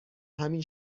همین